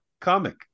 comic